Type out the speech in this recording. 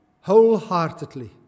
wholeheartedly